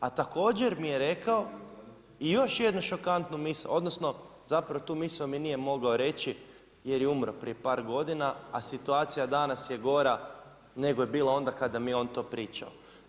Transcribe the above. A također mi je rekao i još jednu šokantnu misao odnosno zapravo tu misao mi nije mogao reći jer je umro prije par godina, a situacija danas je gora nego je bila gora kada mi je on to pričao.